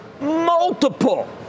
multiple